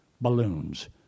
balloons